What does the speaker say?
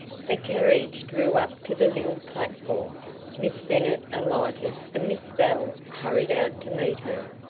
the carriage drew up to the little platform. miss bennet alighted and miss bell hurried out to meet her.